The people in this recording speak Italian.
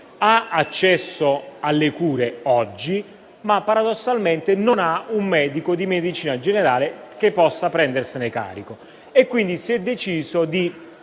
ha accesso alle cure già oggi, ma paradossalmente non ha un medico di medicina generale che possa prendersene carico. E, pertanto, si è deciso di